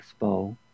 Expo